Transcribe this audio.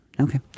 Okay